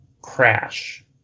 crash